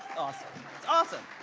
awesome, it's awesome!